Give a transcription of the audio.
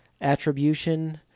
Attribution